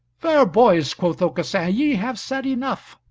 fair boys, quoth aucassin, ye have said enough.